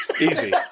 Easy